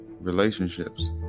relationships